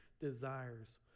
desires